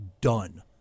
done